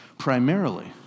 primarily